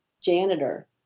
janitor